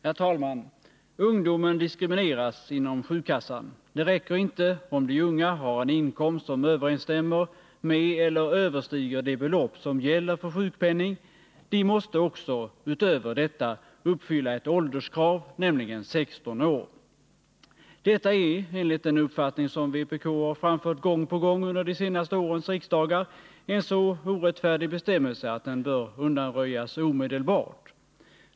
Herr talman! Ungdomen diskrimineras inom sjukkassan. Det räcker inte om de unga har en inkomst som överensstämmer med eller överstiger det belopp som gäller för sjukpenning, de måste också uppfylla ett ålderskrav, nämligen 16 år. Detta är, enligt den uppfattning som vpk har framfört gång på gång under de senaste årens riksdagar, en så orättfärdig bestämmelse att den bör undanröjas omedelbart.